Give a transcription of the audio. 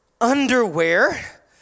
underwear